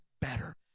better